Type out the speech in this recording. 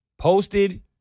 Posted